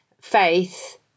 faith